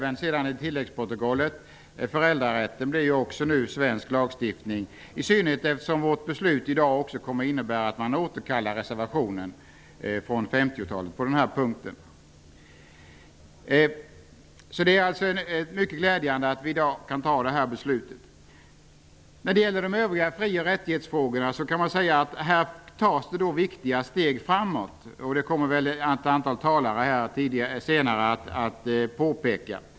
Enligt tilläggsprotokollet blir föräldrarätten nu en del av svensk lag, i synnerhet som vårt beslut i dag kommer att innebära att man återkallar reservationen från 50-talet på denna punkt. Det är alltså mycket glädjande att vi i dag kan fatta det här beslutet. När det gäller de övriga fri och rättighetsfrågorna kan man säga att det tas viktiga steg framåt. Det kommer andra talare senare att påpeka.